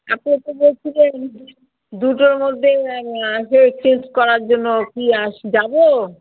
এতো সুন্দর ছিলো কিন্তু দু দুটোর মধ্যে যে এক্সচেঞ্জ করার জন্য কি আস যাবো